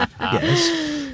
yes